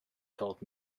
told